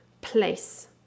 place